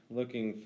looking